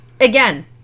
again